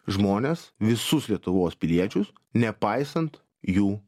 žmones visus lietuvos piliečius nepaisant jų